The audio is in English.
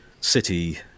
city